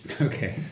Okay